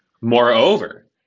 Moreover